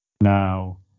Now